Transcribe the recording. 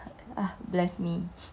bless me